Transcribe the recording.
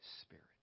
Spirit